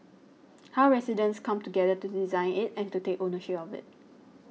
how residents come together to design it and to take ownership of it